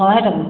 ଶହେ ଟଙ୍କା